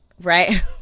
right